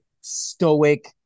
stoic